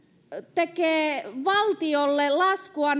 tekee valtiolle laskua